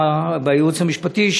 בייעוץ המשפטי,